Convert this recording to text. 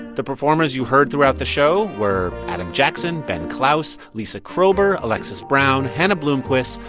the performers you heard throughout the show were adam jackson, ben clouse, lisa kroeber, alexis brown, hannah bloomquist,